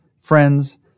friends